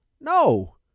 No